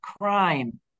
crime